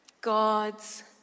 God's